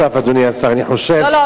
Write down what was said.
אדוני השר, דבר נוסף: אני חושב, לא.